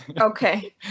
Okay